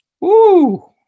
Woo